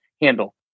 handle